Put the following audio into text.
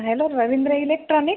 hello Ravindra electronic